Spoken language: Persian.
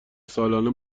سالانه